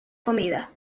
comida